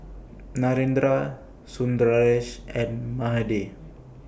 Narendra Sundaresh and Mahade